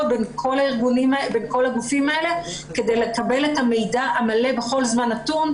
בין כל הגופים האלה כדי לקבל את המידע המלא בכל זמן נתון,